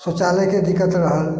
शौचालय के दिक्कत रहल